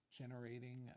generating